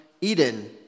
Eden